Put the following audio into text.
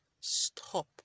stop